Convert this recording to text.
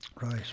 Right